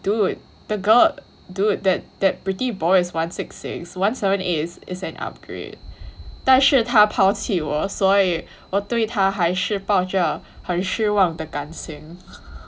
dude the girl dude that that pretty boy is one six six one seven eight is is an upgrade 但是他抛弃我所以我对他还是抱着很失望的感情